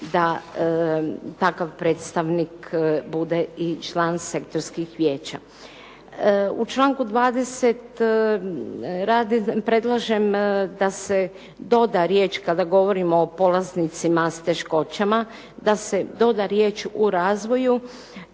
da takav predstavnik bude i član sektorskih vijeća. U članku 20. predlažem da se doda riječ, kada govorimo o polaznicima s teškoćama da se doda riječ u razvoju,